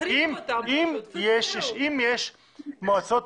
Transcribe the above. אם יש מועצות